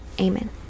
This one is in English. amen